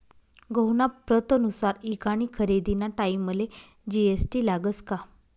गहूना प्रतनुसार ईकानी खरेदीना टाईमले जी.एस.टी लागस का?